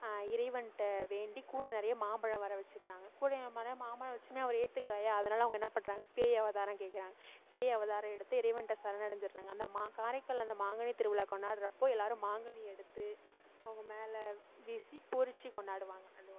இறைவன்கிட்ட வேண்டி கூடை நிறைய மாம்பழம் வர வச்சுடுறாங்க கூடை நிறைய மாம்பழம் வச்சும் அவர் ஏற்றுக்கலயா அதனால் அவங்க என்ன பண்ணுறாங்க பேய் அவதாரம் கேக்கிறாங்க பேய் அவதாரம் எடுத்து இறைவன்கிட்ட சரணடைஞ்சிடுறாங்க அந்த காரைக்கால் அந்த மாங்கனித்திருவிழா கொண்டாடுகிறப்போ எல்லோரும் மாங்கனி எடுத்து அவங்க மேலே வீசி பூரித்து கொண்டாடுவாங்க அது ஒன்று